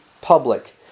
public